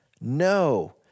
No